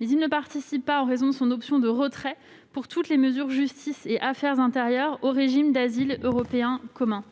mais il ne participe pas, en raison de son option de retrait de toutes les mesures de justice et d'affaires intérieures, au régime d'asile européen commun.